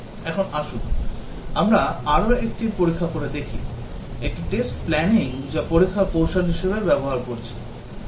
এখন আসুন আমরা আরও একটি পরীক্ষা করে দেখি একটি test planning যা আমরা অনেক পরীক্ষার কৌশল হিসাবে ব্যবহার করছি